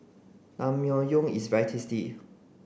Naengmyeon is very tasty